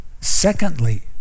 secondly